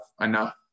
enough